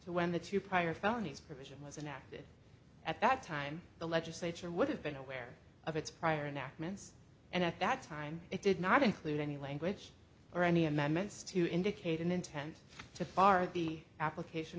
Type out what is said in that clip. to when the two prior felonies provision was enacted at that time the legislature would have been aware of its prior nachman and at that time it did not include any language or any amendments to indicate an intent to bar the application